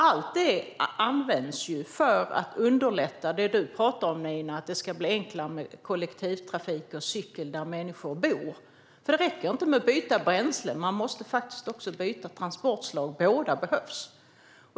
Allt detta används för att underlätta det som du talade om, Nina Lundström, att det ska bli enklare med kollektivtrafik och cykling där människor bor. Det räcker inte att byta bränslen. Man måste faktiskt också byta transportslag. Båda behövs.